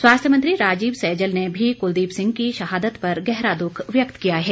स्वास्थ्य मंत्री राजीव सैजल ने भी कुलदीप सिंह की शहादत पर गहरा दुख व्यक्त किया है